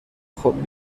خوب